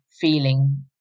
feeling